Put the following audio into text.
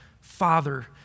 Father